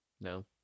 No